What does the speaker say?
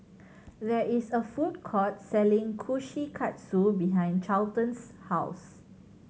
there is a food court selling Kushikatsu behind Charlton's house